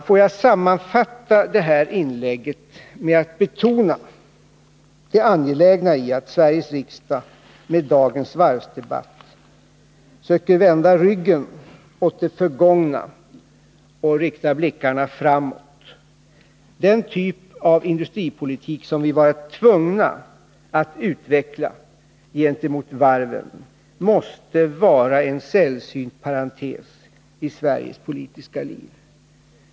Får jag sammanfatta det här inlägget genom att betona det Nr 155 angelägna i att Sveriges riksdag med dagens varvsdebatt söker vända ryggen åt det förgångna och riktar blickarna framåt. Den typ av industripolitik som vi varit tvungna att utveckla gentemot varven måste vara en sällsynt parentes i Sveriges politiska liv.